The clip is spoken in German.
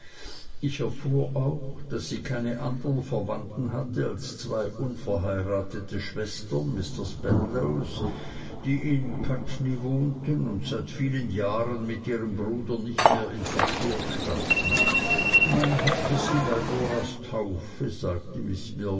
ich erfuhr auch daß sie keine andern verwandten hatte als zwei unverheiratete schwestern mr spenlows die in putney wohnten und seit vielen jahren mit ihrem bruder nicht mehr in verkehr standen man hatte sie bei doras taufe sagte miß